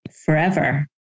forever